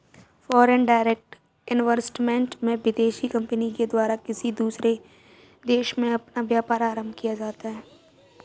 foreign direct investment में विदेशी company के द्वारा किसी दूसरे देश में अपना व्यापार आरंभ किया जाता है